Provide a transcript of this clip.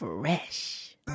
Fresh